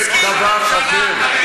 זה דבר אחר.